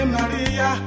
Maria